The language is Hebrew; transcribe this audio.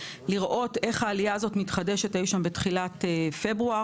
לראות איך העלייה הזו מתחדשת אי שם בתחילת פברואר